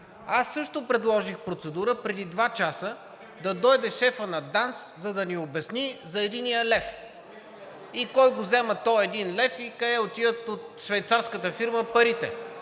Аз също предложих процедура преди два часа да дойде шефът на ДАНС, за да ни обясни за единия лев. Кой го взема този един лев? Къде отиват от швейцарската фирма парите?